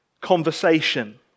conversation